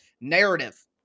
narrative